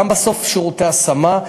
גם, בסוף, שירותי השמה.